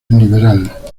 liberal